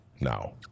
now